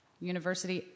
University